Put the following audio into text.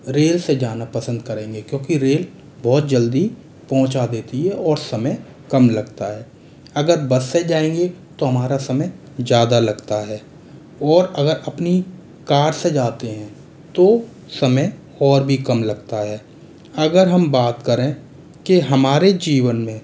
rail से जाना पसंद करेंगे क्योंकि रेल बहुत जल्दी पहुंचा देती है और समय कम लगता है अगर बस से जाएंगे तो हमारा समय ज़्यादा लगता है और अगर अपनी कार से जाते हैं तो समय और भी कम लगता है अगर हम बात करें कि हमारे जीवन में